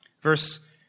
Verse